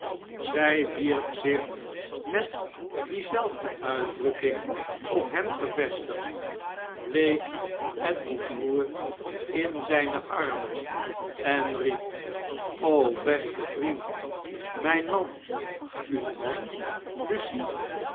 zij wierp zich met diezelfde uitdrukking op hem gevestigd bleek en ontroerd in zijne armen en riep beste vriend mijn man uw man